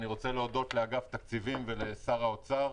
אני רוצה להודות לאגף התקציבים ולשר האוצר.